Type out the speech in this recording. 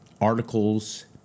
articles